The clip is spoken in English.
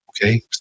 Okay